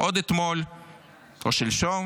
עוד אתמול או שלשום